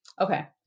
Okay